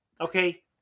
Okay